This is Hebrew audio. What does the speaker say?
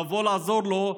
לבוא לעזור לו,